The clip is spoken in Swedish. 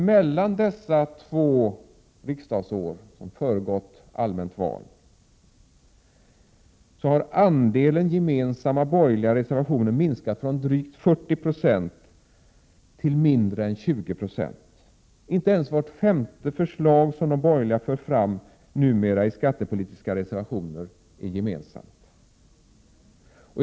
Mellan dessa två riksmöten som har föregått allmänt val har andelen gemensamma borgerliga reservationer minskat från drygt 40 Ze till mindre än 20 90. Inte ens vart femte förslag som de borgerliga för fram i skattepolitiska reservationer numera är gemensamma.